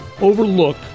overlook